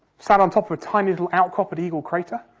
sat on top of a tiny little outcrop at eagle crater,